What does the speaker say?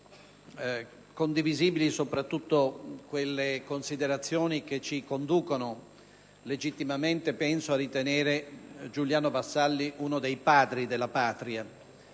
Sono condivisibili soprattutto quelle considerazioni che ci conducono - penso legittimamente - a ritenere Giuliano Vassalli uno dei Padri della Patria,